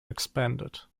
expanded